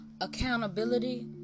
accountability